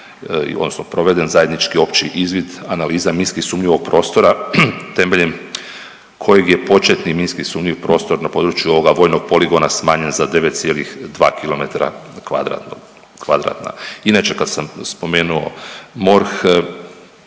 odnosno proveden zajednički opći izvid, analiza minski sumnjivog prostora temeljem kojeg je početni minski sumnjiv prostor na području ova vojnog poligona smanjen za 9,2 km2. Inače, kad sam spomenuo MORH,